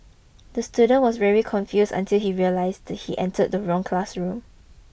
the student was very confused until he realised he entered the wrong classroom